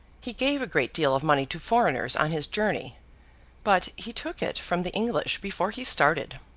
he gave a great deal of money to foreigners on his journey but he took it from the english before he started.